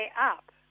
up